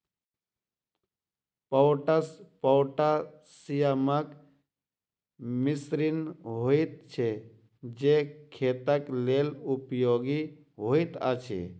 potash पोटासियमक मिश्रण होइत छै जे खेतक लेल उपयोगी होइत अछि